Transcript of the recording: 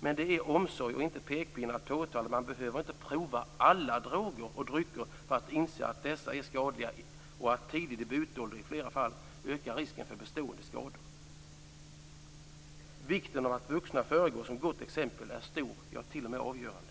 Men det är omsorg och inte pekpinnar att påtala att man inte behöver prova alla droger och drycker för att inse att dessa är skadliga och att tidig debutålder i flera fall ökar risken för bestående skador. Vikten av att vuxna föregår med gott exempel är stor, t.o.m. avgörande.